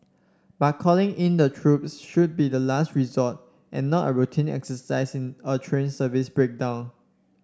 but calling in the troops should be the last resort and not a routine exercise in a train service breakdown